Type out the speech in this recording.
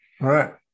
Right